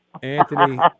Anthony